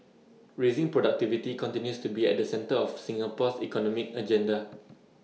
raising productivity continues to be at the centre of Singapore's economic agenda